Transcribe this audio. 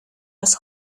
los